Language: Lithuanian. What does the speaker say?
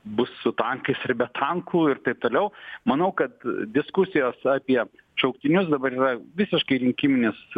bus su tankais ar be tankų ir taip toliau manau kad diskusijos apie šauktinius dabar yra visiškai rinkiminis